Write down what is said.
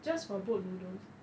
just for boat noodles